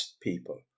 people